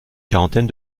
quarantaine